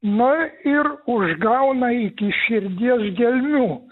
na ir užgauna iki širdies gelmių